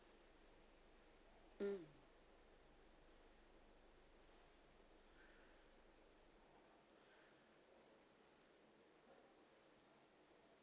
mm